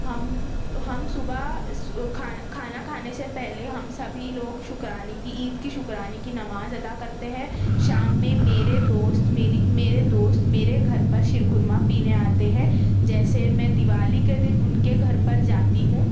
ہم ہم صبح کھانا کھانے سے پہلے ہم سبھی لوگ شکرانے کی عید کی شکرانے کی نماز ادا کرتے ہیں شام میں میرے دوست میری میرے دوست میرے گھر پر شِیر قورما پینے آتے ہیں جیسے میں دیوالی کے دِن اُن کے گھر پر جاتی ہوں